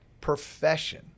profession